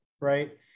right